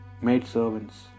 maidservants